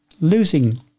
losing